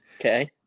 Okay